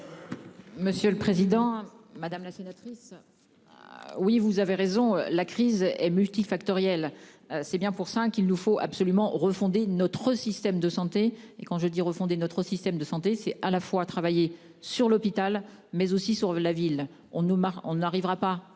Monsieur le président, madame la sénatrice. Ah oui vous avez raison, la crise est multifactoriel. C'est bien pour ça qu'il nous faut absolument refonder notre système de santé et quand je dis refonder notre système de santé, c'est à la fois travailler sur l'hôpital mais aussi sur la ville on marque on arrivera pas à faire en sorte que tout